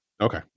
Okay